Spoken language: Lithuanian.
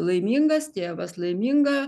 laimingas tėvas laiminga